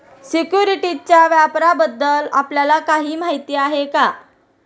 सिक्युरिटीजच्या व्यापाराबद्दल आपल्याला काही माहिती आहे का?